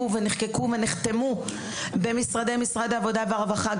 ונחקקו ונחתמו במשרדי משרד העבודה והרווחה.